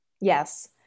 Yes